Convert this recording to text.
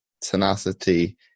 tenacity